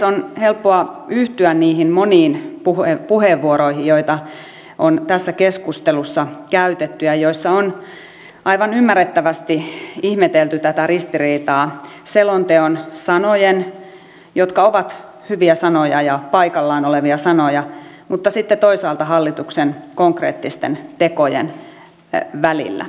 on helppoa yhtyä niihin moniin puheenvuoroihin joita on tässä keskustelussa käytetty ja joissa on aivan ymmärrettävästi ihmetelty tätä ristiriitaa selonteon sanojen jotka ovat hyviä sanoja ja paikallaan olevia sanoja mutta sitten toisaalta hallituksen konkreettisten tekojen välillä